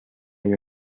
your